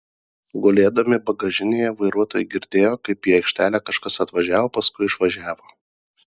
gulėdami bagažinėje vairuotojai girdėjo kaip į aikštelę kažkas atvažiavo paskui išvažiavo